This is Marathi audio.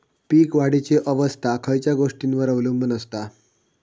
पीक वाढीची अवस्था खयच्या गोष्टींवर अवलंबून असता?